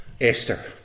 Esther